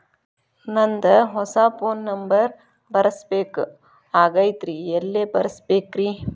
ನಂದ ಹೊಸಾ phone number ಬರಸಬೇಕ್ ಆಗೈತ್ರಿ ಎಲ್ಲೆ ಬರಸ್ಬೇಕ್ರಿ?